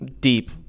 deep